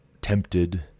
tempted